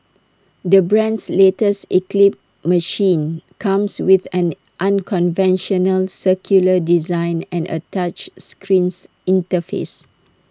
the brand's latest eclipse machine comes with an unconventional circular design and A touch screens interface